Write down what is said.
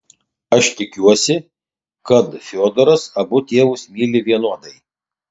aš tikiuosi kad fiodoras abu tėvus myli vienodai